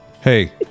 Hey